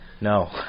No